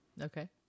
Okay